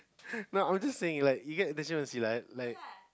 now I was just saying like you get attention from Silat like